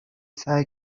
سعی